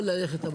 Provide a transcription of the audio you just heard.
יכול ללכת הביתה.